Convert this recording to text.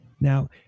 Now